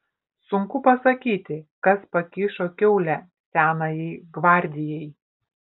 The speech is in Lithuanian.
sunku pasakyti kas pakišo kiaulę senajai gvardijai